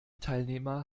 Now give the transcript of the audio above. teilnehmer